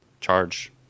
charge